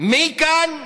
מכאן לכאן.